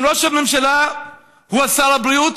אם ראש הממשלה הוא שר הבריאות,